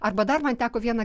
arba dar man teko vieną